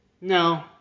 No